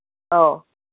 ꯑꯧ